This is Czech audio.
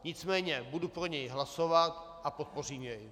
Nicméně budu pro něj hlasovat a podpořím jej.